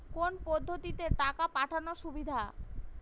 কোন পদ্ধতিতে টাকা পাঠানো সুবিধা?